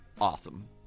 awesome